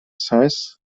science